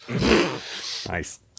Nice